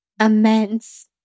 immense